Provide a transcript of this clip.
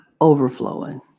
Overflowing